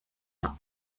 nur